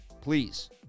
please